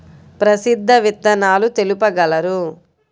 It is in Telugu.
ప్రసిద్ధ విత్తనాలు తెలుపగలరు?